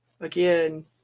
again